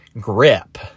grip